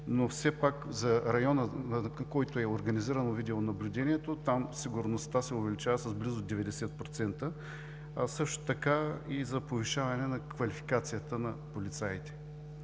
но все пак за района, за който е организирано видеонаблюдението, сигурността се увеличава с близо 90%, а също така и за повишаване на квалификацията на полицаите.